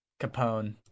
Capone